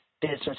business